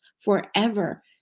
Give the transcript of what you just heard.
forever